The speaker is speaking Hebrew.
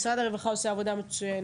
משרד הרווחה עושה עבודה מצוינת,